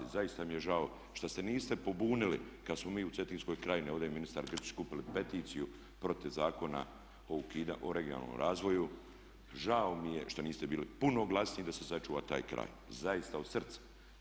Zaista mi je žao što se niste pobunili kad smo mi u Cetinskoj krajini, ovdje je ministar Grčić, skupili peticiju protiv Zakona o regionalnom razvoju, žao mi je što niste bili puno glasniji da se sačuva taj kraj, zaista od srca.